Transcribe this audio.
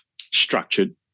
structured